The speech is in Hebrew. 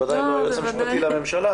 ודאי לא היועץ המשפטי לממשלה,